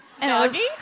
Doggy